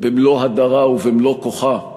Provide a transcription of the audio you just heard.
במלוא הדרה ובמלוא כוחה,